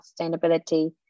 sustainability